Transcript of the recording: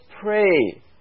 pray